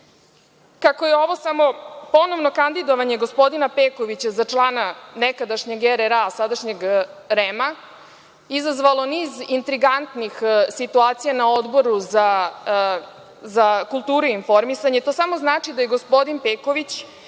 Kako je ovo samo ponovno kandidovanje gospodina Pekovića za člana nekadašnjeg RRA, sadašnjeg REM-a, izazvalo niz intrigantnih situacija na Odboru za kulturu i informisanje, to samo znači da je gospodin Peković